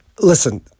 listen